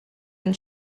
and